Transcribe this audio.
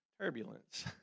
turbulence